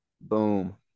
boom